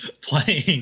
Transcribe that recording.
playing